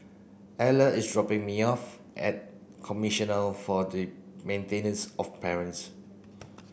Eller is dropping me off at Commissioner for the Maintenance of Parents